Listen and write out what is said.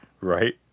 Right